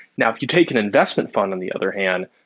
now if you take an investment fund on the other hand,